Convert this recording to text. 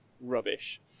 Rubbish